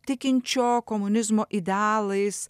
tikinčio komunizmo idealais